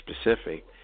Specific